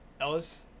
Ellis